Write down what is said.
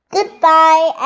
Goodbye